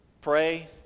pray